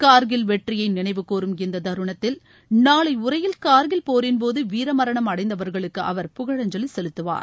கார்கில் வெற்றியை நினைவுகூரும் இந்த தருணத்தில் நாளை உரையில் கார்கில் போரின்போது வீரமரணம் அடைந்தவர்களுக்கு அவர் புகழஞ்சவி செலுத்துவார்